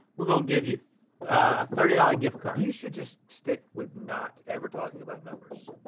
we're gonna give you a thirty dollars gift card. you should just stick with not ever talking about numbers.